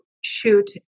shoot